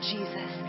Jesus